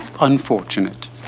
unfortunate